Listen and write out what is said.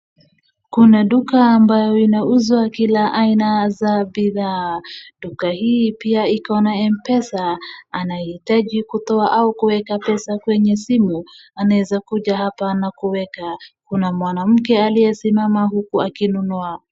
Kuna duka ambayo inauzwa kila aina za bidhaa. Duka hii pia iko na Mpesa, anayehitaji kutoa au kuweka pesa kwenye simu anaweza kuja hapa na kuweka. Kuna mwanamke aliyesimama huku akinunua.